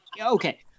okay